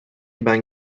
ben